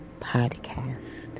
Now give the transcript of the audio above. podcast